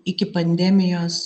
iki pandemijos